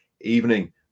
evening